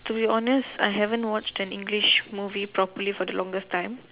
to be honest I haven't watched an English movie properly for the longest time